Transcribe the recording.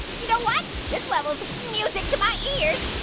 you know what, this level is music to my ears.